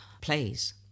plays